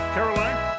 Caroline